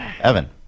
Evan